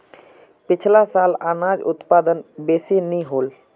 पिछला साल अनाज उत्पादन बेसि नी होल